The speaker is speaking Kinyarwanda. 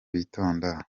bitonda